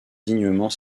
dignement